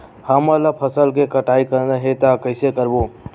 हमन ला फसल के कटाई करना हे त कइसे करबो?